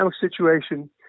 situation